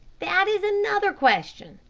that is another question,